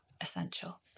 essential